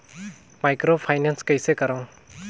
Microfinance कइसे करव?